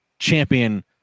champion